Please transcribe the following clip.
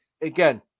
again